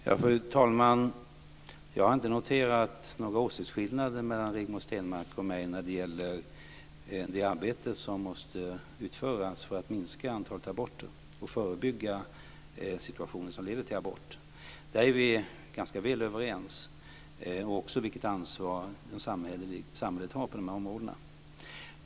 Fru talman! Jag har inte noterat några åsiktsskillnader mellan mig och Rigmor Stenmark när det gäller det arbete som måste utföras för att minska antalet aborter och förebygga situationer som leder till abort. Där är vi ganska överens. Det är vi också när det gäller frågan om vilket ansvar samhället har på de här områdena.